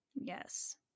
Yes